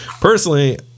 Personally